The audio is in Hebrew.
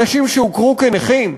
אנשים שהוכרו כנכים,